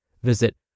Visit